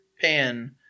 Pan